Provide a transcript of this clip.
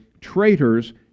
traitors